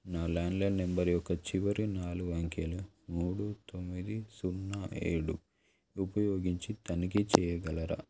నా landline number యొక్క చివరి నాలుగు అంకెలు మూడు తొమ్మిది సున్నా ఏడు ఉపయోగించి తనిఖీ చేయగలరా